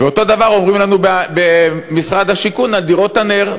ואותו דבר אומרים לנו במשרד השיכון על דירות נ"ר.